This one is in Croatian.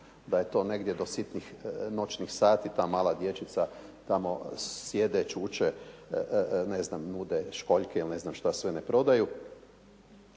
da je to negdje do sitnih noćnih sati, ta mala dječica tamo sjede, čuče, ne znam nude školjke ili ne znam što sve ne prodaju.